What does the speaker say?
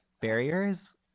barriers